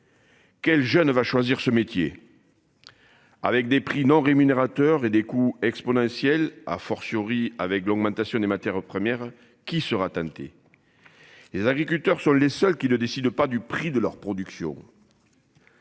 Quel jeune va choisir ce métier. Avec des prix non rémunérateur et des coûts exponentiels, a fortiori avec l'augmentation des matières premières qui sera tenté. Les agriculteurs sont les seuls qui ne décide pas du prix de leur production.